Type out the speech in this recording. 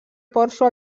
porxo